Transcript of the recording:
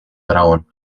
dragón